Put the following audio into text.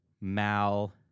Mal